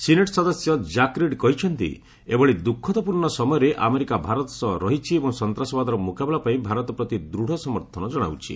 senate ସଦସ୍ୟ Jack Reed କହିଛନ୍ତି ଏଭଳି ଦୁଃଖଦପୂର୍ଣ୍ଣ ସମୟରେ ଆମେରିକା ଭାରତ ସହ ରହିଛି ଏବଂ ସନ୍ତାସବାଦର ମୁକାବିଲା ପାଇଁ ଭାରତ ପ୍ରତି ଦୂଢ଼ ସମର୍ଥନ କଣାଉଛି